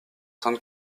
sainte